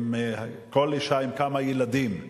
כל אשה עם כמה ילדים.